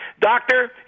Doctor